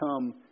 come